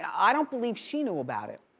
i don't believe she knew about it.